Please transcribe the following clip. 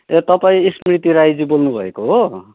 ए तपाईँ स्मृति राईजी बोल्नुभएको हो